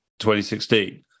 2016